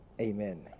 Amen